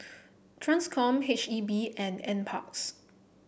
Transcom H E B and NParks